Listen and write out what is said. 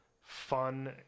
fun